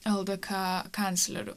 ldk kancleriu